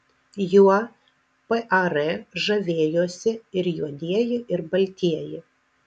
juo par žavėjosi ir juodieji ir baltieji